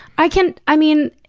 i can i mean,